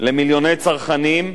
למיליוני צרכנים,